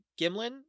Gimlin